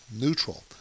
neutral